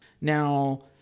Now